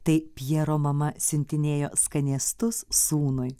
tai pjero mama siuntinėjo skanėstus sūnui